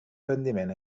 rendiment